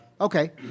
Okay